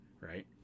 Right